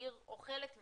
העיר אוכלת מזה,